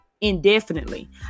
indefinitely